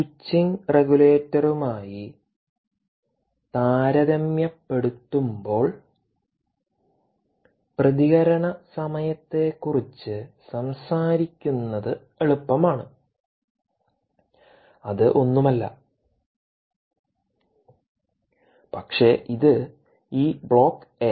switching റെഗുലേറ്ററുമായി താരതമ്യപ്പെടുത്തുമ്പോൾ പ്രതികരണ സമയത്തെക്കുറിച്ച് സംസാരിക്കുന്നത് എളുപ്പമാണ് അത് ഒന്നുമല്ല പക്ഷേ ഇത് ഈ ബ്ലോക്ക് എ